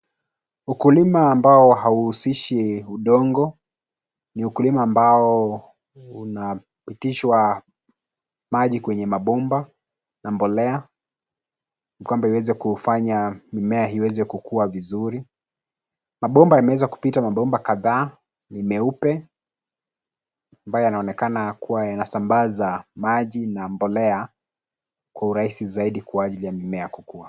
Ukulima ambao hauhusishi udongo. Ni ukulima ambao unapitishwa maji kwenye mabomba, na mbolea, kwamba iweze kuufanya mimea iweze kukua vizuri. Mabomba yameweza kupita mambomba kadhaa, ni meupe, ambayo yanaonekana kuwa yanasambaza maji na mbolea kwa urahisi zaidi kwa ajili ya mimea kukua.